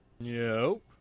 Nope